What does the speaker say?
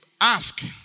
Ask